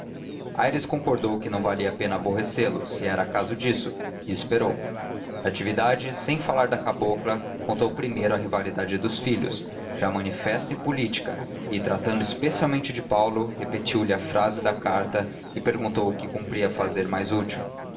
aires concordou que não valia a pena aborrecê lo se era caso disso e esperou natividade sem falar da cabocla contou primeiro a rivalidade dos filhos já manifesta em política e tratando especialmente de paulo repetiu-lhe a frase da carta e perguntou o que cumpria fazer mais útil